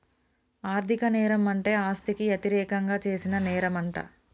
ఆర్ధిక నేరం అంటే ఆస్తికి యతిరేకంగా చేసిన నేరంమంట